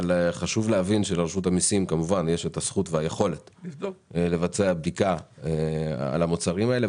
אבל לרשות המיסים תהיה את הזכות ואת היכולת לבצע בדיקה של המוצרים האלה,